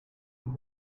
what